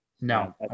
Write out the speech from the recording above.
No